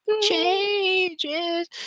changes